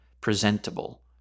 presentable